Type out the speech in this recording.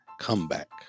comeback